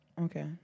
okay